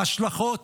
ההשלכות